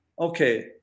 okay